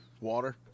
water